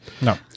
No